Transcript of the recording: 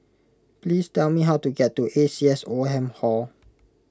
please tell me how to get to A C S Oldham Hall